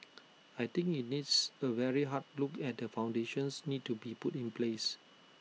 I think IT needs A very hard look at the foundations need to be put in place